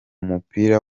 mupira